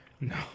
No